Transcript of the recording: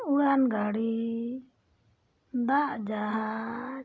ᱩᱰᱟᱹᱱ ᱜᱟᱹᱲᱤ ᱫᱟᱜ ᱡᱟᱦᱟᱡᱽ